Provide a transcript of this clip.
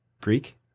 Greek